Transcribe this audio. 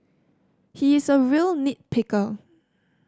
he is a real nit picker